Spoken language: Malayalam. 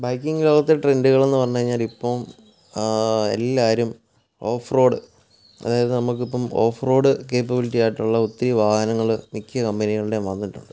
ബൈക്കിങ് ലോകത്തെ ട്രെൻഡുകൾ എന്ന് പറഞ്ഞു കഴിഞ്ഞാൽ ഇപ്പം എല്ലാരും ഓഫ്റോഡ് അതായത് നമുക്കിപ്പം ഓഫ്റോഡ് കേപ്പബിലിറ്റി ആയിട്ടുള്ള ഒത്തിരി വാഹനങ്ങൾ മിക്ക കമ്പനികളുടെയും വന്നിട്ടുണ്ട്